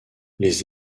les